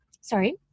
sorry